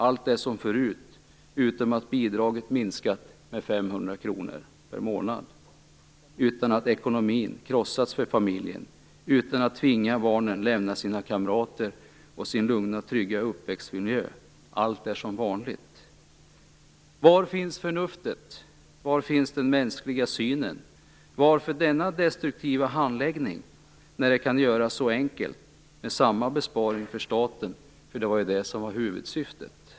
Allt är som förut, förutom att bidraget minskat med 500 kr per månad utan att ekonomin krossas för familjen, utan att barnen tvingas att lämna sina kamrater och sin lugna och trygga uppväxtmiljö. Allt är som vanligt. Var finns förnuftet? Var finns den mänskliga synen? Varför denna destruktiva handläggning när det kan göras så enkelt med samma besparing för staten? Det var väl det som var huvudsyftet.